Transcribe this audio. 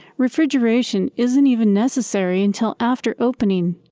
refrigeration isn't even necessary until after opening,